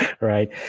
Right